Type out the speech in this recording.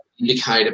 Indicator